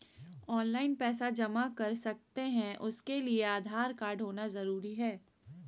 Online पैसा जमा कर सकते हैं उसके लिए आधार कार्ड होना जरूरी है?